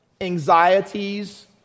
anxieties